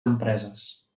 empreses